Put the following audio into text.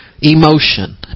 emotion